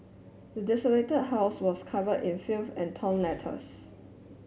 the desolated house was covered in filth and torn letters